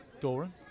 Doran